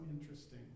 interesting